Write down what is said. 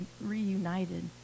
reunited